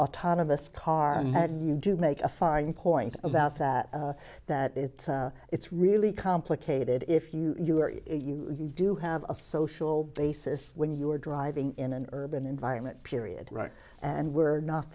autonomous car and had to make a fine point about that that it's it's really complicated if you are you do have a social basis when you're driving in an urban environment period right and we're not